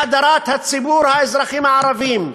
בהדרת ציבור האזרחים הערבים,